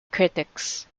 critics